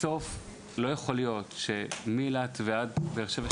בסוף לא יכול להיות שמאילת עד באר שבע,